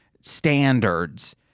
standards